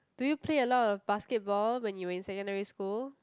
do you play a lot of basketball when you're in secondary school